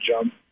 jump